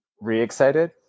Re-excited